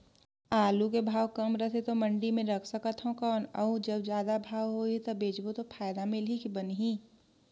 आलू के भाव कम रथे तो मंडी मे रख सकथव कौन अउ जब जादा भाव होही तब बेचबो तो फायदा मिलही की बनही?